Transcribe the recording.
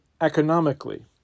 economically